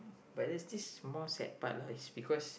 but this is more sad part lah it's because